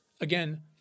Again